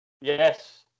yes